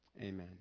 Amen